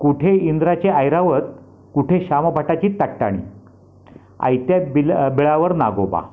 कुठे इंद्राची ऐरावत कुठे शामाभटाची तट्टाणी आयत्या बिला बिळावर नागोबा